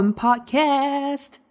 podcast 。